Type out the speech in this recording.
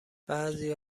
بعضی